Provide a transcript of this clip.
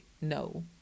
no